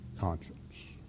conscience